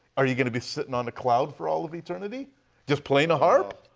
are you going to be sitting on a cloud for all of eternity just playing a harp?